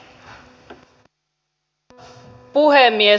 arvoisa puhemies